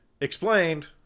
Explained